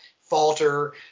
falter